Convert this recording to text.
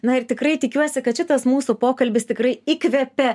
na ir tikrai tikiuosi kad šitas mūsų pokalbis tikrai įkvepia